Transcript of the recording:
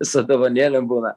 ir su dovanėlėm būna